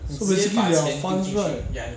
不可以进不了 funds right